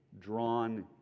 drawn